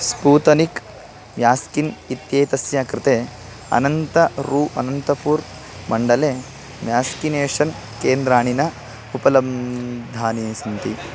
Sputnik व्यास्किन् इत्येतस्य कृते अनन्तरम् अनन्तपुर् मण्डले व्याक्सिनेषन् केन्द्राणि न उपलब्धानि सन्ति